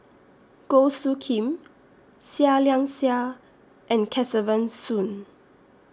Goh Soo Khim Seah Liang Seah and Kesavan Soon